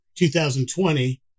2020